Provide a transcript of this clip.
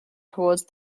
toward